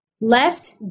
Left